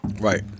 Right